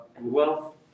wealth